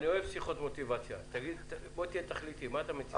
מה אתם דורשים?